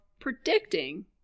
Predicting